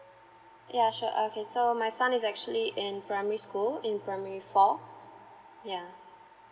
yeah sure okay so my son is actually in primary school in primary four yeah